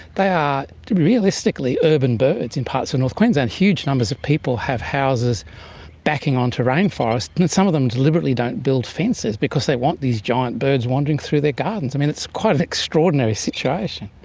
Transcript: they are realistically urban birds in parts of north queensland. huge numbers of people have houses backing onto rainforest, and some of them deliberately don't build fences because they want these giant birds wandering through their gardens. i mean, it's quite an extraordinary situation.